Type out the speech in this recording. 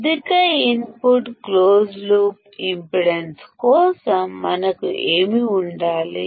అధిక input closed loop impedance కోసం మన వద్ద ఏమి ఉండాలి